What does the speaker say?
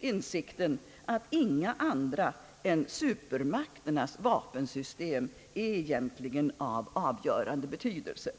insikten att inga andra än supermakternas vapensystem egentligen är av avgörande betydelse.